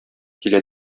килә